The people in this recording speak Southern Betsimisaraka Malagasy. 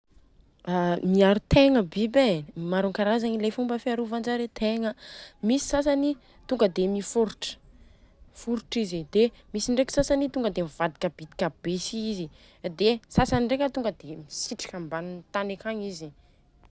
Aa miaro tegna biby e. Maro ankarazagna le fomba fiarovanjaren-tegna. Misy sasany i tonga dia miforotra, miforotra izy. Dia misy ndreka sasany tonga dia mivadika bitika be si izy. Dia sasany ndreka tonga dia misitrika ambany tany akagny.